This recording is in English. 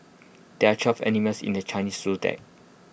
there are twelve animals in the Chinese Zodiac